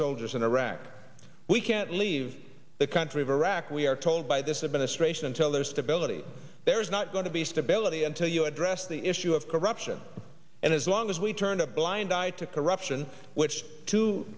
soldiers in iraq we can't leave the country of iraq we are told by this administration until there's stability there is not going to be stability until you address the issue of corruption and as long as we turn a blind eye to corruption which t